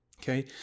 okay